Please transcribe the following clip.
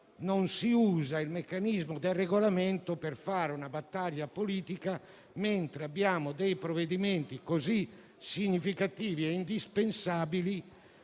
non si usa il meccanismo del Regolamento per fare una battaglia politica mentre abbiamo dei provvedimenti così significativi e indispensabili